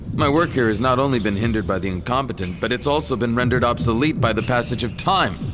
my work here has not only been hindered by the incompetent, but it's also been rendered obsolete by the passage of time!